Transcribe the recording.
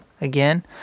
Again